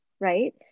Right